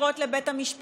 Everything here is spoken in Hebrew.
בעתירות לבית המשפט,